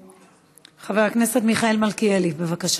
חבר הכנסת מיכאל מלכיאלי, בבקשה.